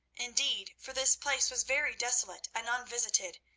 indeed, for this place was very desolate and unvisited,